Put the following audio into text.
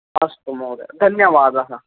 अस्तु महोदय धन्यवादः